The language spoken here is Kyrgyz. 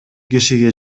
кишиге